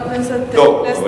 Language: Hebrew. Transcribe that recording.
חבר הכנסת פלסנר.